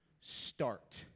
start